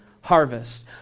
harvest